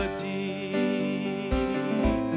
deep